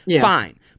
Fine